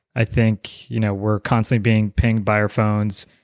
i think you know we're constantly being pinged by our phones,